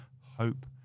hope